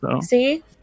See